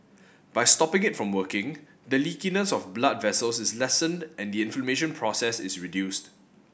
by stopping it from working the leakiness of blood vessels is lessened and the inflammation process is reduced